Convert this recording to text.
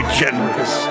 generous